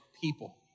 people